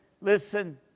listen